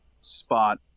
spot